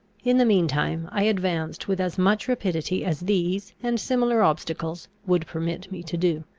in the mean time i advanced with as much rapidity as these and similar obstacles would permit me to do.